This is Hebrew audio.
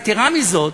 יתרה מזאת,